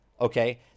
Okay